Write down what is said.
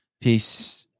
Peace